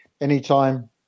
anytime